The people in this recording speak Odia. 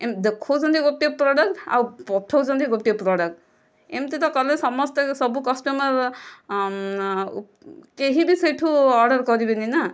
ଦେଖାଉଛନ୍ତି ଗୋଟିଏ ପ୍ରଡକ୍ଟ୍ ଆଉ ପଠାଉଛନ୍ତି ଗୋଟିଏ ପ୍ରଡକ୍ଟ୍ ଏମତି ତ କଲେ ସବୁ କଷ୍ଟମର କେହି ବି ସେଠୁ ଅର୍ଡ଼ର କରିବେନି ନା